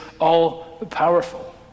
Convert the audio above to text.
all-powerful